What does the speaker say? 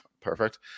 perfect